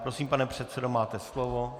Prosím, pane předsedo, máte slovo.